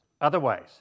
Otherwise